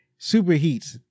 superheats